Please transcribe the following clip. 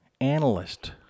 analyst